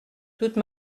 toute